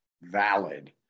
valid